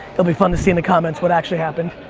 it'll be fun to see in the comments what actually happened,